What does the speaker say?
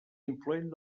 influent